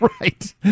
Right